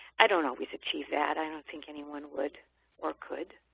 i don't always achieve that. i don't think anyone would or could,